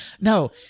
No